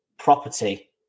property